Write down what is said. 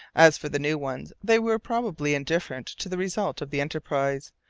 as for the new ones, they were probably indifferent to the result of the enterprise,